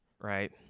Right